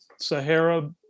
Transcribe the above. Sahara